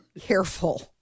careful